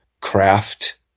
craft